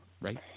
Right